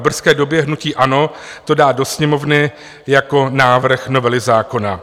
V brzké době hnutí ANO to dá do Sněmovny jako návrh novely zákona.